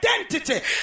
identity